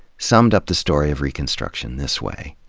summed up the story of reconstruction this way